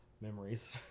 memories